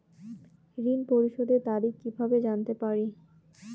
ঋণ পরিশোধের তারিখ কিভাবে জানতে পারি?